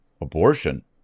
abortion